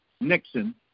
Nixon